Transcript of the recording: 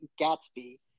Gatsby